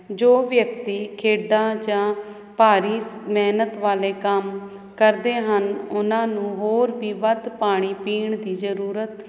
ਜੋ ਵਿਅਕਤੀ ਖੇਡਾਂ ਜਾਂ ਭਾਰੀ ਮਿਹਨਤ ਵਾਲੇ ਕੰਮ ਕਰਦੇ ਹਨ ਉਹਨਾਂ ਨੂੰ ਹੋਰ ਵੀ ਵੱਧ ਪਾਣੀ ਪੀਣ ਦੀ ਜਰੂਰਤ ਹੁੰਦੀ ਹੈ ਸ਼ਾਮ ਦੇ ਸਮੇਂ